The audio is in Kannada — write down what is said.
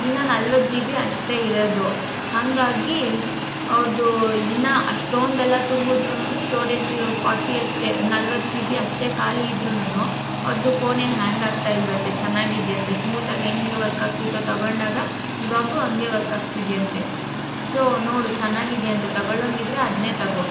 ಇನ್ನು ನಲವತ್ತು ಜಿ ಬಿ ಅಷ್ಟೇ ಇರೋದು ಹಾಗಾಗಿ ಅವ್ರ್ದು ಇನ್ನು ಅಷ್ಟೊಂದೆಲ್ಲ ತುಂಬುದ್ರುನು ಸ್ಟೋರೇಜ್ ಫೋರ್ಟಿ ಅಷ್ಟೇ ನಲವತ್ತು ಜಿ ಬಿ ಅಷ್ಟೇ ಖಾಲಿ ಇದ್ರುನು ಅವ್ರದ್ದು ಫೋನ್ ಏನು ಹ್ಯಾಂಗ್ ಆಗ್ತಯಿಲ್ಲವಂತೆ ಚೆನ್ನಾಗಿದೆಯಂತೆ ಸ್ಮೂತಾಗಿ ಹೆಂಗ್ ವರ್ಕ್ ಆಗ್ತಿತ್ತೋ ತಗೊಂಡಾಗ ಇವಾಗೂ ಹಂಗೆ ವರ್ಕ್ ಆಗ್ತಿದೆಯಂತೆ ಸೊ ನೋಡು ಚೆನ್ನಾಗಿದೆಯಂತೆ ತಗೊಳೊಂಗಿದ್ದರೆ ಅದನ್ನೇ ತಗೋ